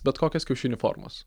bet kokios kiaušinių formos